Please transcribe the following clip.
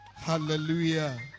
hallelujah